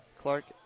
Clark